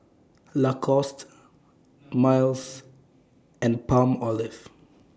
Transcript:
Lacoste Miles and Palmolive